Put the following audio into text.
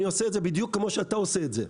אני עושה את זה בדיוק כמו שאתה עושה את זה.